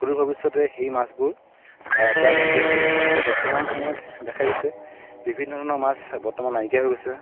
সুদূৰ ভৱিষ্যতে সেই মাছবোৰ প্ৰায় নাইকীয়া হৈ যাব আৰু বৰ্তমান সময়ত দেখা গৈছে বিভিন্ন ধৰণৰ মাছ বৰ্তমান নাইকীয়া হৈ গৈছে